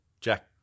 Jack